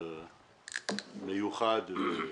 מיוחדים.